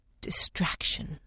distraction